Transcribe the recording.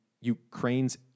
Ukraine's